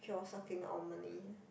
keep on sucking our money